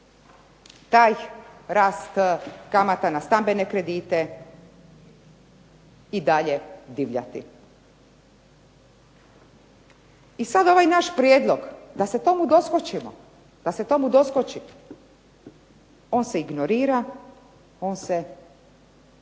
taj rast kamata na stambene kredite i dalje divljati. I sada ovaj naš prijedlog da se tomu doskočimo, on se ignorira, on se opravdava